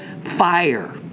fire